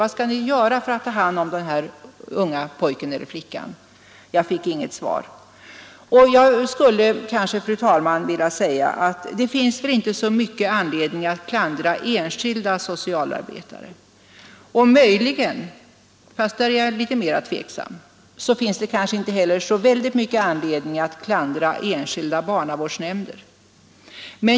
Vad skall ni göra för att ta hand om den här unga pojken eller flickan? Jag fick inget svar. Det finns väl, fru talman, inte någon större anledning att klandra enskilda socialarbetare, och möjligen — fast där är jag litet mera tveksam — finns det inte heller så stor anledning att klandra enskilda barnavårdsnämnder.